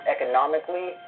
economically